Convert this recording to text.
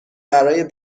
برای